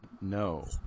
No